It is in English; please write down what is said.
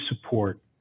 support